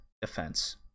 defense